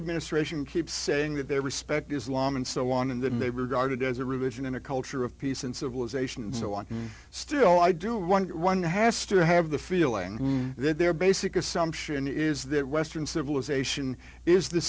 administration keeps saying that they respect islam and so on and then they regarded as a religion in a culture of peace and civilization and so on still i do wonder one has to have the feeling that their basic assumption is that western civilization is the